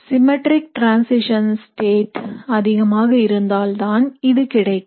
symmetric transition state அதிகமாக இருந்தால்தான் இது கிடைக்கும்